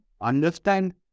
understand